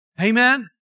Amen